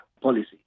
policy